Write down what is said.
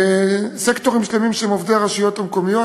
סקטורים שלמים שהם עובדי הרשויות המקומיות.